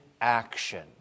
action